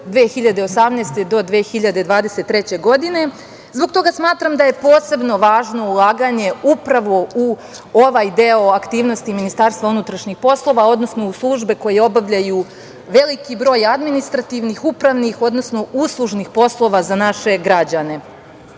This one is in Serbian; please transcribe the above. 2018. do 2023. godine, zbog toga smatram da je posebno važno ulaganje upravo u ovaj deo aktivnosti MUP, odnosno u službe koje obavljaju veliki broj adminstrativnih, upravnih, odnosno usluženih poslova za naše građane.